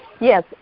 yes